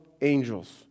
angels